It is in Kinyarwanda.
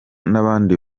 n’abandi